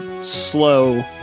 slow